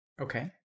Okay